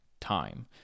time